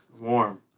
Warm